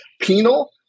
penal